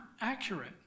accurate